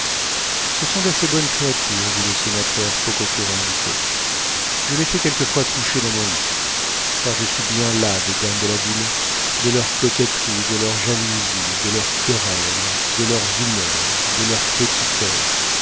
ce sont d'assez bonnes créatures dit le sénateur pococurante je les fais quelquefois coucher dans mon lit car je suis bien las des dames de la ville de leurs coquetteries de leurs jalousies de leurs querelles de leurs humeurs de leurs petitesses